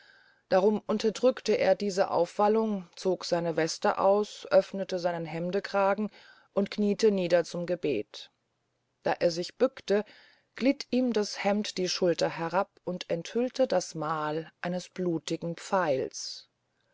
darum unterdrückte er diese aufwallung zog seine weste aus öfnete seinen hemdekragen und kniete nieder zum gebet da er sich bückte glitt ihm das hemd die schulter herab und enthüllte das mahl eines blutigen pfeils